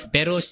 Pero